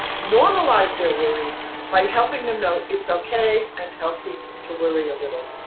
normalize their worries by helping them know it's okay and healthy to worry a little.